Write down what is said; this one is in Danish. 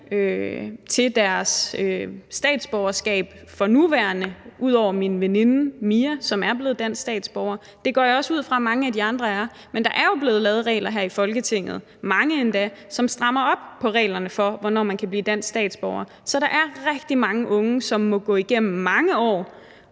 til deres statsborgerskab for nuværende ud over hos min veninde Mia, som er blevet dansk statsborger. Det går jeg også ud fra mange af de andre er. Men der er jo blevet lavet regler her i Folketinget, mange endda, som strammer op på reglerne for, hvornår man kan blive dansk statsborger. Så der er rigtig mange unge, som må gå mange år